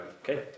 Okay